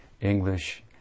English